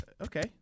okay